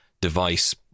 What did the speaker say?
device